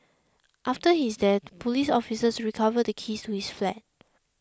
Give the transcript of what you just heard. after his death police officers recovered the keys to his flat